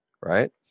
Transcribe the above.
right